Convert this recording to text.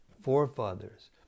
forefathers